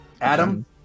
Adam